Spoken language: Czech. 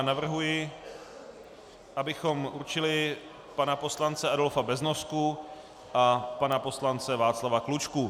Navrhuji, abychom určili pana poslance Adolfa Beznosku a pana poslance Václava Klučku.